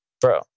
bro